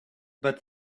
but